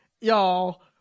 y'all